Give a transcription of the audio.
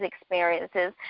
experiences